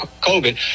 COVID